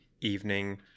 evening